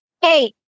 Hey